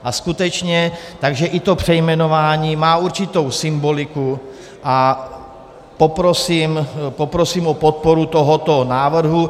A skutečně, takže i to přejmenování má určitou symboliku a poprosím o podporu tohoto návrhu.